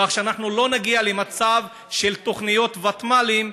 כך שלא נגיע למצב של תוכניות ותמ"לים,